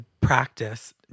practice